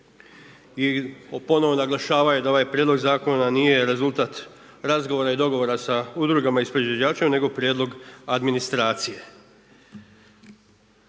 I ponovno naglašavaju da ovaj Prijedlog Zakona nije rezultat razgovora i dogovora sa udrugama i s proizvođačima nego prijedlog administracije.